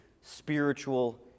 spiritual